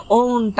own